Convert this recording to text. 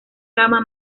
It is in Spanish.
gama